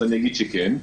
אני אגיד כן.